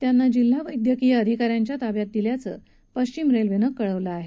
त्यांना जिल्हा वद्यक्कीय अधिका यांच्या ताब्यात दिल्याचं पश्चिम रेल्वेनं कळवलं आहे